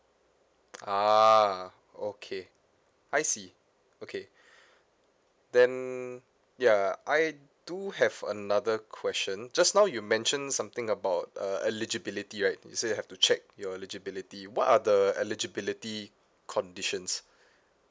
ah okay I see okay then yeah I do have another question just now you mention something about uh eligibility right you say have to check your eligibility what are the eligibility conditions